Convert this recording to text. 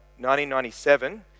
1997